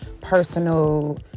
personal